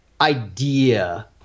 idea